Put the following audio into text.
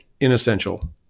inessential